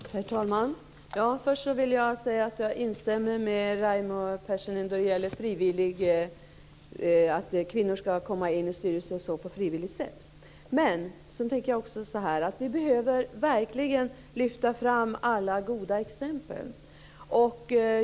Herr talman! Först vill jag säga att jag instämmer med Raimo Pärssinen då det gäller att kvinnor ska komma in i styrelser osv. på frivillig väg. Men sedan tycker jag också att vi verkligen behöver lyfta fram alla goda exempel.